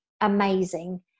amazing